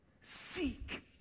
Seek